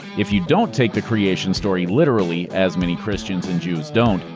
if you don't take the creation story literally, as many christians and jews don't,